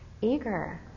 eager